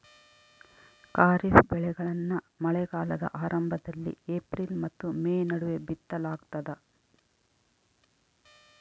ಖಾರಿಫ್ ಬೆಳೆಗಳನ್ನ ಮಳೆಗಾಲದ ಆರಂಭದಲ್ಲಿ ಏಪ್ರಿಲ್ ಮತ್ತು ಮೇ ನಡುವೆ ಬಿತ್ತಲಾಗ್ತದ